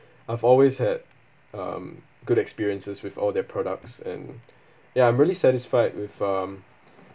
I've always had um good experiences with all their products and ya I'm really satisfied with um